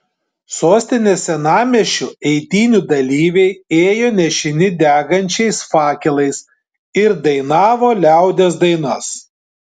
sostinės senamiesčiu eitynių dalyviai ėjo nešini degančiais fakelais ir dainavo liaudies dainas